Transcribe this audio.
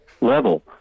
level